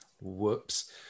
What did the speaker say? whoops